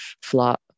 flat